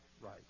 right